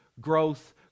Growth